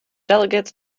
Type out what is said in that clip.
delegates